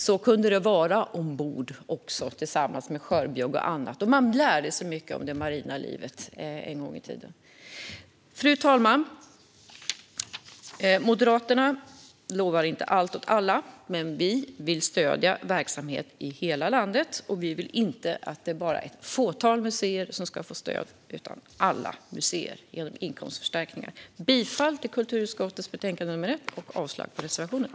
Så kunde det också vara ombord, tillsammans med skörbjugg och annat, och barnen lärde sig mycket om det marina livet en gång i tiden. Fru talman! Moderaterna lovar inte allt åt alla, men vi vill stödja verksamhet i hela landet. Vi vill inte att det bara är ett fåtal museer som ska få stöd utan att detta ska gälla alla museer genom inkomstförstärkningar. Jag yrkar bifall till förslaget i kulturutskottets betänkande 1 och avslag på reservationerna.